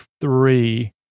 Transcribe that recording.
three